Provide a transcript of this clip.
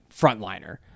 frontliner